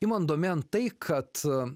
imant domėn tai kad